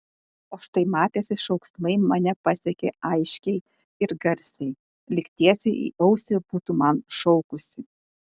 o štai matėsi šauksmai mane pasiekė aiškiai ir garsiai lyg tiesiai į ausį būtų man šaukusi